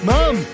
Mom